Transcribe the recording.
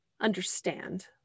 understand